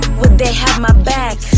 would they have my back?